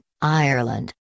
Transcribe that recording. Ireland